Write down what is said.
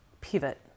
pivot